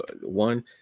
One